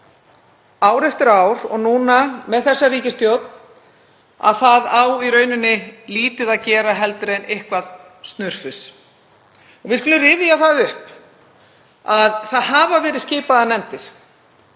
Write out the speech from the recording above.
ár eftir ár og núna með þessa ríkisstjórn að það á í rauninni lítið meira að gera heldur en eitthvert snurfus. Við skulum rifja upp að það hafa verið skipaðar nefndir